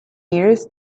years